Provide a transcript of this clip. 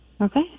okay